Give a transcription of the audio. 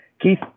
keith